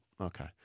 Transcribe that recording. Okay